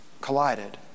collided